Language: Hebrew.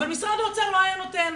אבל משרד האוצר לא היה נותן.